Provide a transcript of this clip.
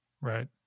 Right